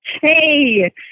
Hey